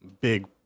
big